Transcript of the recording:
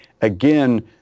Again